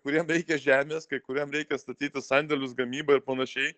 kuriem reikia žemės kai kuriem reikia statytis sandėlius gamybą ir panašiai